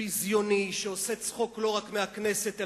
ביזיוני שעושה צחוק לא רק מהכנסת,